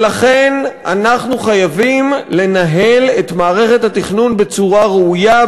ולכן אנחנו חייבים לנהל את מערכת התכנון בצורה ראויה,